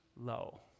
low